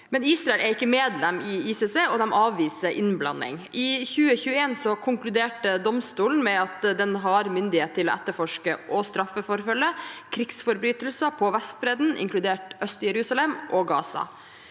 Israel er ikke med i ICC og avviser innblanding. I 2021 konkluderte domstolen med at den har myndighet til å etterforske og straffeforfølge krigsforbrytelser på Vestbredden, inkludert Øst-Jerusalem og Gaza.